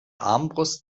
armbrust